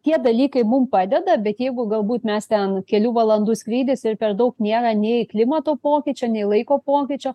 tie dalykai mum padeda bet jeigu galbūt mes ten kelių valandų skrydis ir per daug nėra nei klimato pokyčio nei laiko pokyčio